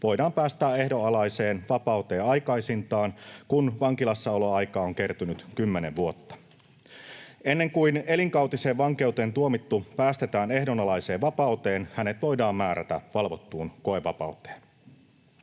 voidaan päästää ehdonalaiseen vapauteen aikaisintaan, kun vankilassaoloaikaa on kertynyt 10 vuotta. Ennen kuin elinkautiseen vankeuteen tuomittu päästetään ehdonalaiseen vapauteen, hänet voidaan määrätä valvottuun koevapauteen.